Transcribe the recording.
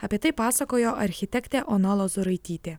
apie tai pasakojo architektė ona lozuraitytė